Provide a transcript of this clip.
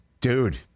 Dude